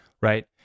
right